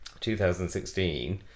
2016